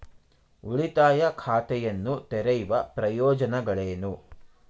ಉಳಿತಾಯ ಖಾತೆಯನ್ನು ತೆರೆಯುವ ಪ್ರಯೋಜನಗಳೇನು?